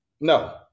No